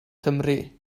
cymru